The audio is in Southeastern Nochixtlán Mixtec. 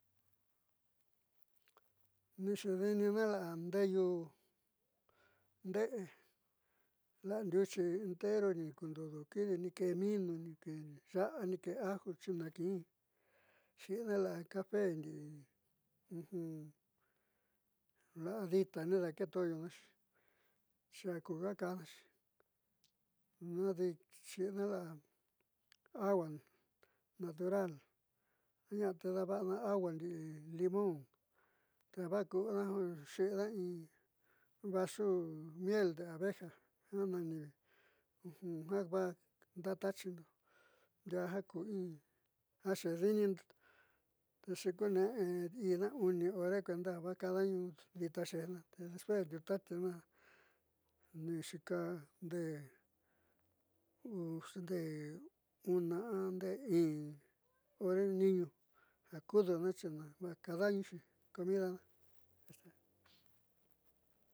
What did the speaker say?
Ni xeediinina la'a ndeeyuunde'e la'a ndiuchi entero ni kundo do kidi ni kee minu, ni kee ya'a, ni ke'é aju, chinakiin xiina la café ndi'i la'a dita nidaakeeto'oyonaxi xi akuja kanaxi di xiina la'a agua natural a ña'a tedava'ana agua ndi'i limón te va'ajkuuna xi'ina in vaso miel de abeja ja nani ja vaa daataachindo ndiaa ja ku xeedi'inindo te xiikune'e ina uni hore kuenda ja vaj kada'añu dita xeejna te despues ndiuta'atiuna ni xiika ndee uno ndee in hore niñuu ja kuduna ja vajkadaañuxi comidana.